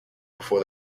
before